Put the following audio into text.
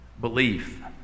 Belief